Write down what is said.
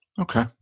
Okay